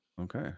Okay